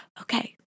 okay